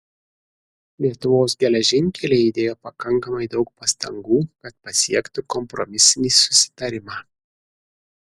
lietuvos geležinkeliai įdėjo pakankamai daug pastangų kad pasiektų kompromisinį susitarimą